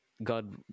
God